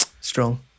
Strong